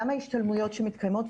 גם ההשתלמויות שמתקיימות,